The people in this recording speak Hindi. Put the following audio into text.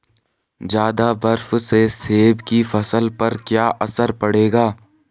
ज़्यादा बर्फ से सेब की फसल पर क्या असर पड़ेगा?